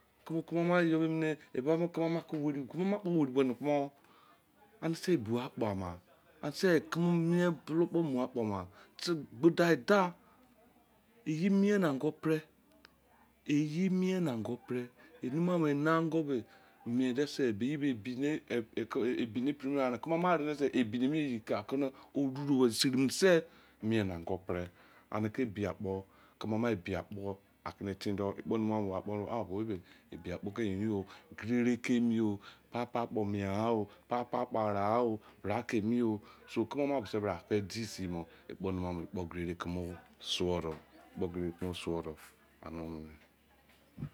Ibamunkemake weriwenekumon anese ebua akpoaman anese keme mien bulokpoomua akpooman todaidai eyemien ne ongoperee inimuase imienese ebinepina ebiye seriman se miena ongopere aneke ebia akpoo ikemen awan ebiakpoo ane itendoude ikpoo nimiyaan ani wee ebia kpooke yuiren moo papakpoo mienghan papakpoo areaoo keme aman mese brake idisine ikpoo numaan gererekemee